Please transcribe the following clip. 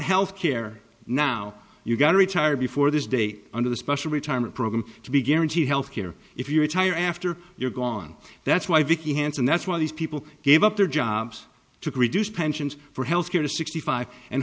health care now you've got to retire before this date under the special retirement program to be guaranteed health care if you retire after you're gone that's why vicki hanson that's why these people gave up their jobs to reduce pensions for health care to sixty five and